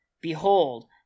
Behold